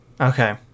Okay